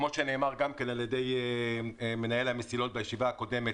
כמו שנאמר על ידי מנהל המסילות בישיבה הקודמת,